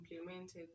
implemented